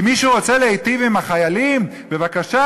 אם מישהו רוצה להיטיב עם החיילים, בבקשה.